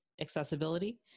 accessibility